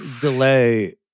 delay